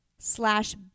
slash